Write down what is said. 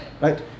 right